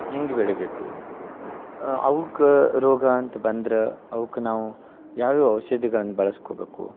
ಹೆಂಗೆ ಬೆಳಿಬೇಕು ಅವ್ಕ ರೋಗ ಅಂತ ಬಂದ್ರ ಅವ್ಕ ನಾವು ಯಾವ್ಯಾವ ಔಷಧಿಗಳನ್ನ ಬಳಸ್ಕೊಬೇಕು